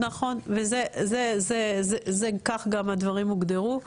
נכון וכך גם הדברים הוגדרו.